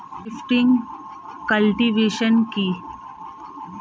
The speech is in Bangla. শিফটিং কাল্টিভেশন কি?